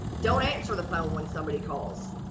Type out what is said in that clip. don't answer the phone when somebody calls.